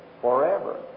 forever